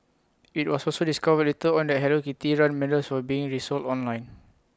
IT was also discovered later on that hello kitty run medals were being resold online